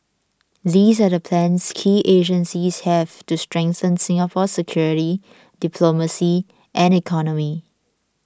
these are the plans key agencies have to strengthen Singapore's security diplomacy and economy